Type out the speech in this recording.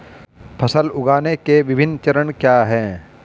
फसल उगाने के विभिन्न चरण क्या हैं?